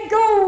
go